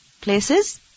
places